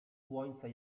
słońce